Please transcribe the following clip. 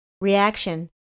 reaction